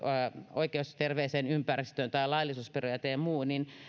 oikeus terveeseen ympäristöön tai laillisuusperiaate ja muu niin